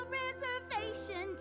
reservation